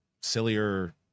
sillier